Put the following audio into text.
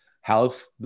health